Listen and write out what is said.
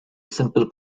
simple